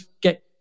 get